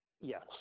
Yes